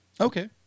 Okay